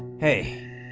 hey!